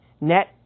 net